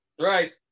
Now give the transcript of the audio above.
Right